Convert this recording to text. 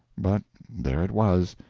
but there it was,